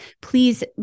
please